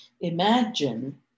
imagine